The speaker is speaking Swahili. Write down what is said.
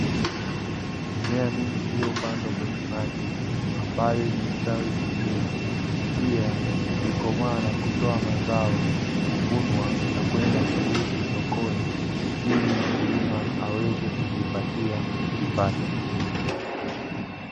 Mimea mingi iliyo pandwa kwenye maji ambayo imestawi vizuri pia ikikomaa na kutoa mazao, huvunwa na kwenda kuuzwa sokoni, ili mkulima aweze kujipatia kipato.